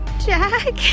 Jack